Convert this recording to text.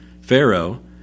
Pharaoh